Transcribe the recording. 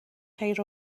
خیر